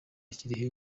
kirehe